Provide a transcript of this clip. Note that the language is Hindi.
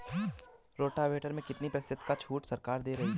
रोटावेटर में कितनी प्रतिशत का छूट सरकार दे रही है?